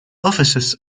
offices